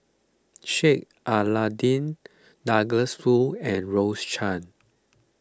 Sheik Alau'ddin Douglas Foo and Rose Chan